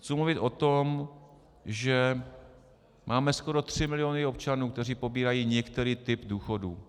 Chci mluvit o tom, že máme skoro 3 miliony občanů, kteří pobírají některý typ důchodu.